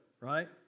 Right